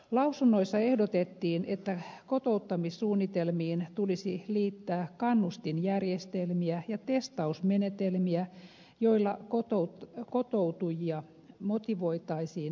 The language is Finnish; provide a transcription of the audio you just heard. lausunnoissa ehdotettiin että kotouttamissuunnitelmiin tulisi liittää kannustinjärjestelmiä ja testausmenetelmiä joilla kotoutujia motivoitaisiin opiskelemaan